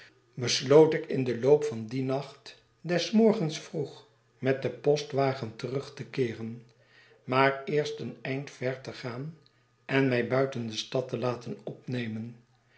besloot ik in den loop van dien nacht des morgens vroeg met den postwagen terug te keeren maar eerst een eind ver te gaan en mij buiten de stad te laten opnemen